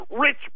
rich